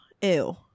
Ew